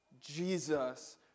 Jesus